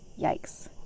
Yikes